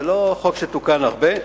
זה לא חוק שתוקן הרבה,